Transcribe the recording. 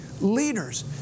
leaders